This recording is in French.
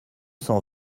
cent